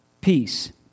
peace